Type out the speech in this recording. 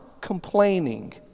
complaining